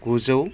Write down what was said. गुजौ